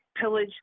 pillage